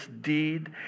deed